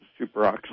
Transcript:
superoxide